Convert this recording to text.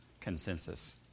consensus